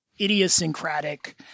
idiosyncratic